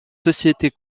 sociétés